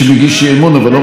גברתי היושבת-ראש,